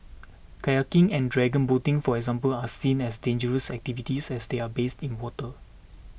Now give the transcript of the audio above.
kayaking and dragon boating for example are seen as dangerous activities as they are based in water